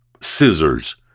scissors